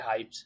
hyped